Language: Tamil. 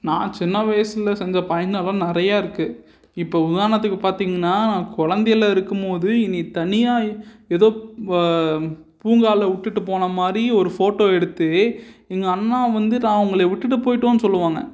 நான் சின்ன வயிசில் செஞ்ச பயணலாம் நிறையா இருக்கு இப்போ உதாரணத்துக்கு பார்த்தீங்கன்னா நான் குழந்தையில் இருக்கும்போது இனி தனியாக எதோ வ பூங்காவில விட்டுட்டு போன மாதிரி ஒரு ஃபோட்டோ எடுத்து எங்கள் அண்ணா வந்து நான் உங்களை விட்டுட்டு போயிட்டோன்னு சொல்லுவாங்க